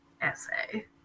essay